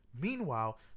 meanwhile